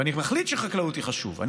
ואני מחליט שחקלאות חשובה,